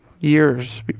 years